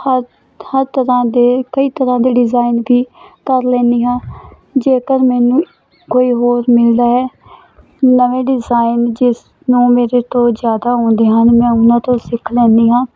ਹਰ ਹਰ ਤਰ੍ਹਾਂ ਦੇ ਕਈ ਤਰ੍ਹਾਂ ਦੇ ਡਿਜ਼ਾਇਨ ਵੀ ਕਰ ਲੈਂਦੀ ਹਾਂ ਜੇਕਰ ਮੈਨੂੰ ਕੋਈ ਹੋਰ ਮਿਲਦਾ ਹੈ ਨਵੇਂ ਡਿਜ਼ਾਇਨ ਜਿਸ ਨੂੰ ਮੇਰੇ ਤੋਂ ਜ਼ਿਆਦਾ ਆਉਂਦੇ ਹਨ ਮੈਂ ਉਹਨਾਂ ਤੋਂ ਸਿੱਖ ਲੈਂਦੀ ਹਾਂ